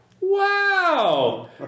Wow